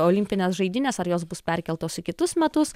olimpinės žaidynės ar jos bus perkeltos į kitus metus